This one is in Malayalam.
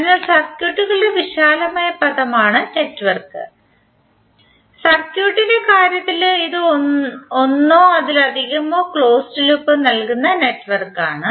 അതിനാൽ സർക്യൂട്ടുകളുടെ വിശാലമായ പദമാണ് നെറ്റ്വർക്ക് സർക്യൂട്ടിന്റെ കാര്യത്തിൽ ഇത് ഒന്നോ അതിലധികമോ ക്ലോസ്ഡ് ലൂപ്പ് നൽകുന്ന നെറ്റ്വർക്കാണ്